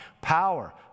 Power